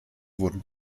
wurden